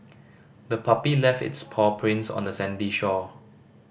the puppy left its paw prints on the sandy shore